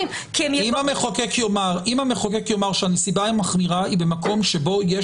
אם המחוקק יאמר שהנסיבה המחמירה היא במקום שבו יש